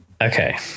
Okay